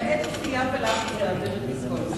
למעט כפייה ולחץ להעביר את ויסקונסין.